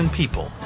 people